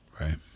Right